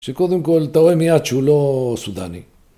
שקודם כל, ת' רואה מייד, שהוא לא סודני.